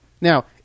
Now